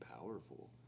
powerful